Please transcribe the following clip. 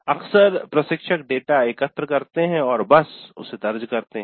अक्सर प्रशिक्षक डेटा एकत्र करते हैं और बस उसे दर्ज करते हैं